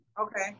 Okay